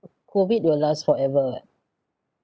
COVID will last forever [what]